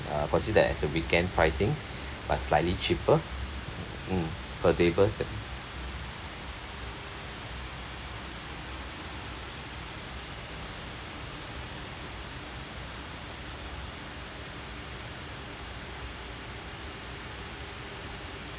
uh consider as a weekend pricing but slightly cheaper mm per tables that